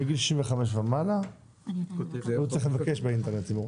מגיל 65 ומעלה הוא צריך לבקש באינטרנט אם הוא רוצה.